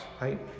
right